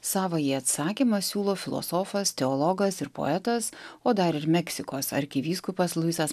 savąjį atsakymą siūlo filosofas teologas ir poetas o dar ir meksikos arkivyskupas luisas